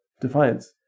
Defiance